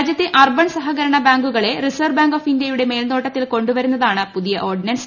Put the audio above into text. രാജ്യത്തെ അർബൻ സഹകരണ ബാങ്കുകളെ റിസർവ് ബാങ്ക് ഓഫ് ഇന്ത്യയുടെ മേൽനോട്ടത്തിൽ കൊണ്ടുവരുന്നതാണ് ഓർഡിനൻസ്